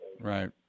Right